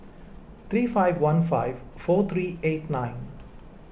three five one five four three eight nine